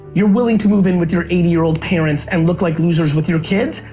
you're willing to move in with your eighty year old parents and look like losers with your kids,